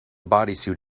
bodysuit